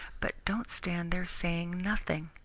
but don't stand there saying nothing.